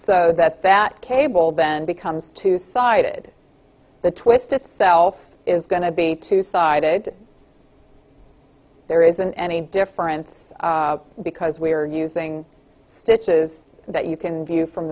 so that that cable then becomes two sided the twist itself is going to be a two sided there isn't any difference because we are using stitches that you can view from